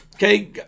Okay